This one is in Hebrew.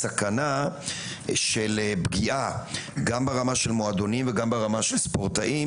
סכנה של פגיעה גם ברמה של מועדונים וגם ברמה של ספורטאים